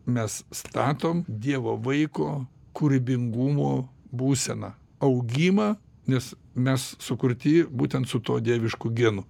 mes statom dievo vaiko kūrybingumo būseną augimą nes mes sukurti būtent su tuo dievišku genu